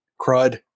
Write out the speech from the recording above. Crud